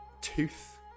tooth